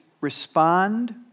respond